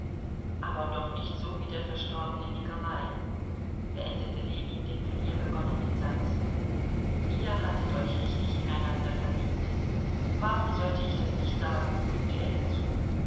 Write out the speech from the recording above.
aber doch nicht so wie der verstorbene nikolai beendete ljewin den von ihr begonnenen satz ihr hattet euch richtig ineinander verliebt warum sollte ich das nicht sagen fügte er hinzu